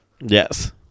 Yes